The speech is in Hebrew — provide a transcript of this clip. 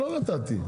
לא נתתי,